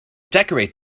decorate